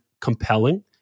compelling